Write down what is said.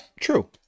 true